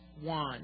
one